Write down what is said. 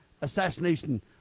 assassination